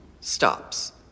stops